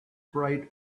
bright